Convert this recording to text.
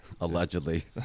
Allegedly